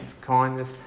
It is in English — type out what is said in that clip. kindness